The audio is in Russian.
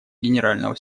генерального